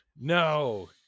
no